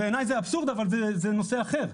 בעיני זה אבסורד, אבל זה נושא אחר.